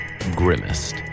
grimmest